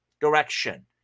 direction